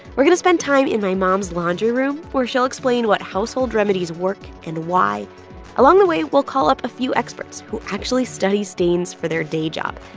we're going to spend time in my mom's laundry room where she'll explain what household remedies work and why along the way, we'll call up a few experts who actually study stains for their day job.